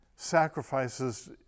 sacrifices